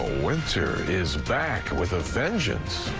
winter is back with a vengeance.